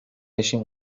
بشیم